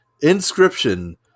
Inscription